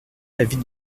l’avis